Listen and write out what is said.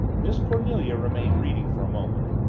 miss cornelia remained reading for a moment.